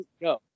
No